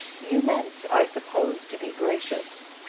you meant i suppose to be gracious.